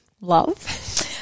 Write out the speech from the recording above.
Love